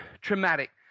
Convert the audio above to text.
traumatic